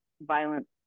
violence